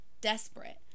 desperate